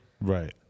Right